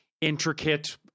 intricate